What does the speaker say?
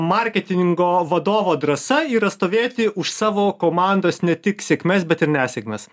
marketingo vadovo drąsa yra stovėti už savo komandos ne tik sėkmes bet ir nesėkmes